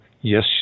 Yes